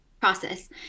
process